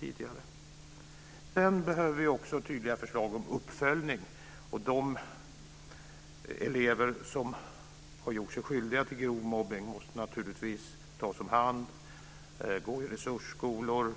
Vi behöver också tydliga förslag om uppföljning. De elever som har gjort sig skyldiga till grov mobbning måste naturligtvis tas om hand, gå i resursskolor, delta